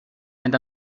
and